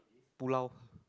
Pulau